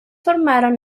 formaron